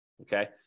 Okay